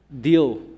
deal